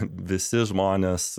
visi žmonės